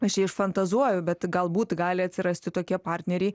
aš čia išfantazuoju bet galbūt gali atsirasti tokie partneriai